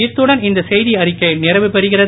இத்துடன் இந்த செய்திஅறிக்கை நிறைவுபெறுகிறது